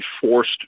forced